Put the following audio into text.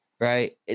right